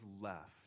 left